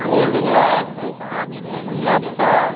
old Goa Mapusa